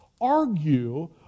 argue